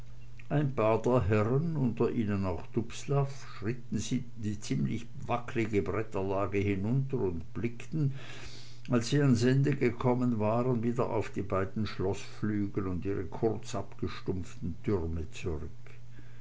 ein paar der herren unter ihnen auch dubslav schritten die ziemlich wacklige bretterlage hinunter und blickten als sie bis ans ende gekommen waren wieder auf die beiden schloßflügel und ihre kurz abgestumpften türme zurück